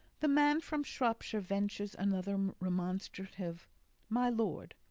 the man from shropshire ventures another remonstrative my lord!